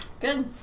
Good